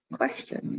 question